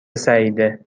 سعیده